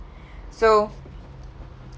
so